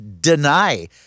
deny